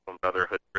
Brotherhood